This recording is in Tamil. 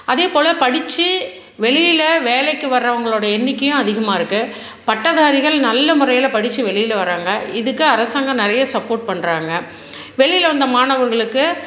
அதேப்போல் படித்து வெளியில் வேலைக்கு வர்கிறவங்களோடய எண்ணிக்கையும் அதிகமாக இருக்குது பட்டதாரிகள் நல்ல முறையில் படித்து வெளியில் வராங்க இதுக்கு அரசாங்கம் நிறைய சப்போர்ட் பண்ணுறாங்க வெளியில் வந்த மாணவர்களுக்கு